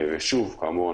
כאמור,